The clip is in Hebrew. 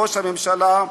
ראש הממשלה,